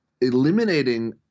eliminating